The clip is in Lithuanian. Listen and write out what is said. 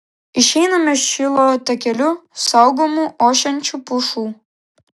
išeiname šilo takeliu saugomu ošiančių pušų